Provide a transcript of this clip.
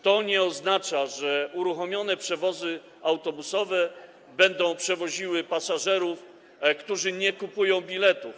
To nie oznacza, że uruchomione przewozy autobusowe będą przewoziły pasażerów, którzy nie kupują biletów.